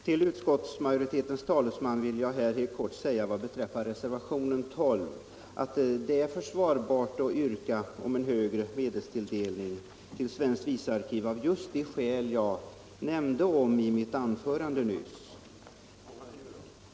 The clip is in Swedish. Fru talman! Till utskottets vice ordförande vill jag helt kort säga i anslutning till reservationen 12, att det är försvarbart att yrka på en högre medelstilldelning till svenskt visarkiv, av just de skäl jag nämnde i mitt anförande nyss.